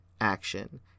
action